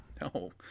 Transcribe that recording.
no